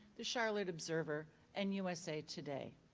the charlotte observer and usa today.